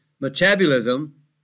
metabolism